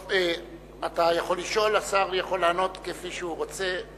אתה יכול לשאול, השר יכול לענות כפי שהוא רוצה.